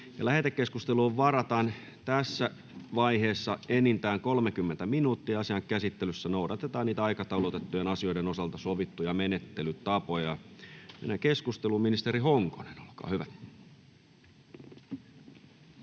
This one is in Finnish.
lähetekeskusteluun varataan tässä vaiheessa enintään 30 minuuttia. Asian käsittelyssä noudatetaan niitä aikataulutettujen asioiden osalta sovittuja menettelytapoja. — Nyt on ensimmäisenä